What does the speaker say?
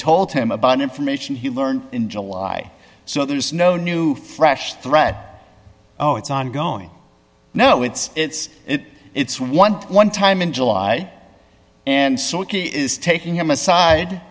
told him about information he learned in july so there's no new fresh threat oh it's ongoing no it's it's it it's eleven time in july and so he is taking him aside